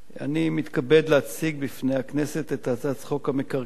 אני מתכבד להציג בפני הכנסת את הצעת חוק המקרקעין